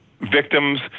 victims